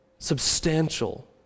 Substantial